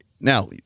now